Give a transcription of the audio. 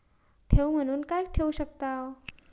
ठेव म्हणून काय ठेवू शकताव?